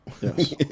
Yes